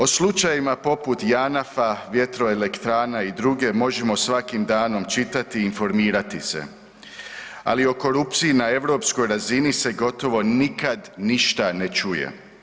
O slučajevima poput Janafa, Vjetroelektrana i druge, možemo svakim danom čitati i informirati se, ali o korupciji na europskoj razini se gotovo nikad ništa ne čuje.